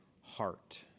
heart